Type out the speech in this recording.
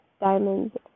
diamonds